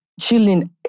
chilling